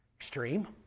extreme